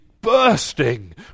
bursting